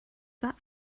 that